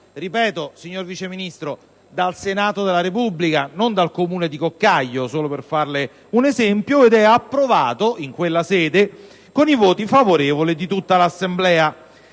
Ripeto, signor Vice Ministro: dal Senato della Repubblica, non dal Comune di Coccaglio, giusto per farle un esempio. Il provvedimento è infine approvato in quella sede con i voti favorevoli di tutta l'Assemblea.